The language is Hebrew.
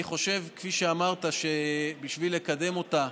אני חושב, כפי שאמרת, שבשביל לקדם אותה